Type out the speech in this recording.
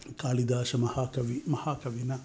कालिदासमहाकविः महाकविना